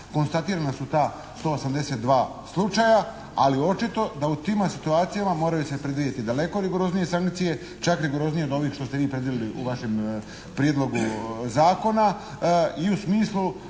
Konstatirana su ta 182 slučaja, ali očito da u tima situacijama moraju se predvidjeti daleko rigoroznije sankcije, čak rigoroznije od ovih što ste vi predvidjeli u vašem Prijedlogu zakona i u smislu